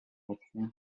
exeter